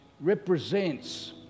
represents